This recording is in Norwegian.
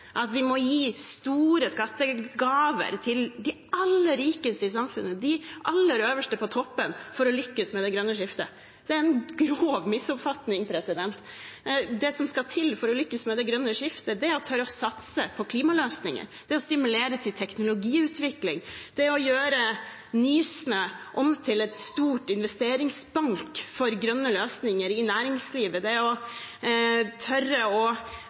at vi må gi store skattegaver til de aller rikeste i samfunnet, de aller øverst på toppen for å lykkes med det grønne skiftet. Det er en grov misoppfatning. Det som skal til for å lykkes med det grønne skiftet, er å tørre å satse på klimaløsninger, stimulere til teknologiutvikling, det er å gjøre Nysnø om til en stor investeringsbank for grønne løsninger i næringslivet, og det er å tørre å